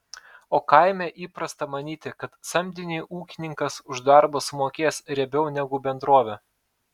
o kaime įprasta manyti kad samdiniui ūkininkas už darbą sumokės riebiau negu bendrovė